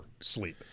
sleep